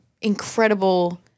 incredible